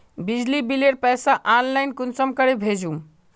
बिजली बिलेर पैसा ऑनलाइन कुंसम करे भेजुम?